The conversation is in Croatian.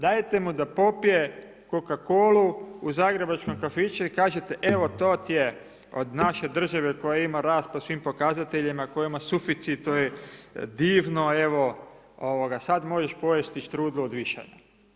Dajte mu da popije coca-colu u zagrebačkom kafiću i kažete evo to ti je od naše države koja ima rast po svim pokazateljima koja ima suficit to je divno evo sada možeš pojesti štrudlu od višanja.